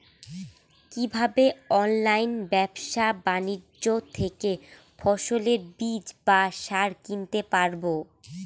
কীভাবে অনলাইন ব্যাবসা বাণিজ্য থেকে ফসলের বীজ বা সার কিনতে পারবো?